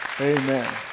Amen